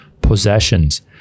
possessions